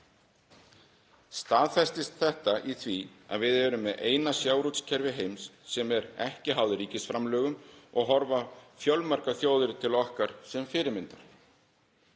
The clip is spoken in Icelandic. Staðfestist þetta í því að við erum með eina sjávarútvegskerfi heims sem er ekki háð ríkisframlögum og horfa fjölmargar þjóðir til okkar sem fyrirmyndar.